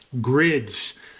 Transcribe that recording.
grids